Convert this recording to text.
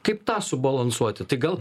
kaip tą subalansuoti tai gal